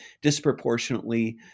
disproportionately